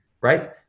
right